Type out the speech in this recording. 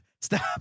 Stop